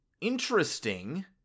interesting